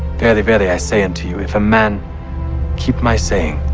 verily, verily, i say unto you, if a man keep my saying,